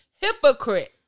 hypocrite